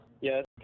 Yes